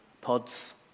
pods